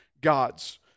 gods